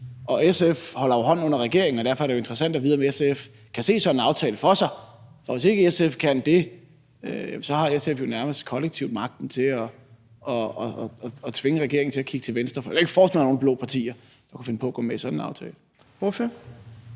SF holder jo hånden under regeringen, og derfor er det interessant at vide, om SF kan se sådan en aftale for sig. Hvis ikke SF kan det, har SF jo nærmest kollektivt magten til at tvinge regeringen til at kigge til venstre. For jeg kan ikke forestille mig, at der er nogen blå partier, der kunne finde på at gå med i sådan en aftale.